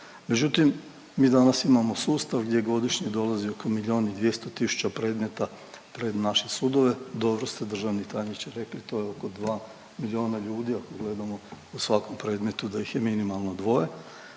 Međutim, mi danas imamo sustav gdje godišnje dolazi oko milijun i 200 tisuća predmeta pred naše sudove, dobro ste državni tajniče rekli, to je oko 2 milijuna ljudi ako gledamo u svakom predmetu da ih je minimalno dvoje,